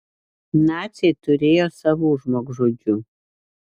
naciai turėjo savų žmogžudžių